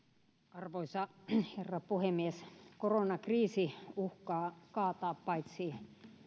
arvoisa herra puhemies koronakriisi uhkaa paitsi